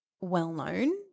well-known